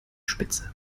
spitze